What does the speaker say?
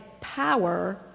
power